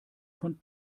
von